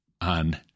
on